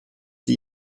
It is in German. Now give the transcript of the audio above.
die